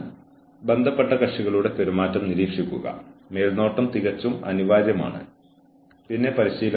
ആരോപിക്കപ്പെടുന്ന തെറ്റായ പെരുമാറ്റം എങ്ങനെ അന്വേഷിക്കണം എന്നതിനുള്ള വ്യവസ്ഥകൾ